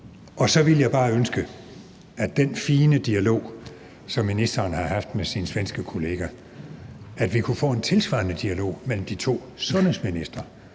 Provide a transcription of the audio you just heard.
bare, når det drejer sig om den fine dialog, som ministeren har haft med sin svenske kollega, ønske, at vi kunne få en tilsvarende dialog mellem de to sundhedsministre.